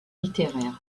littéraires